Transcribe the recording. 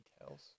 details